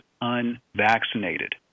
unvaccinated